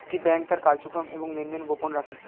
একটি ব্যাংক তার কার্যক্রম এবং লেনদেন গোপন রাখে